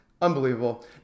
Unbelievable